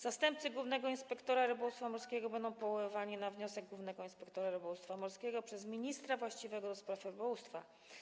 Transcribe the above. Zastępcy głównego inspektora rybołówstwa morskiego będą powoływani na wniosek głównego inspektora rybołówstwa morskiego przez ministra właściwego do spraw rybołówstwa.